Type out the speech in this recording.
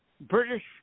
British